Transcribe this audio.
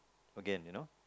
again you know